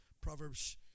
Proverbs